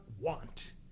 want